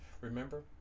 Remember